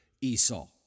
Esau